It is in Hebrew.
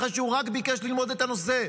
אחרי שהוא רק ביקש ללמוד את הנושא.